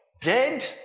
Dead